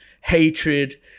hatred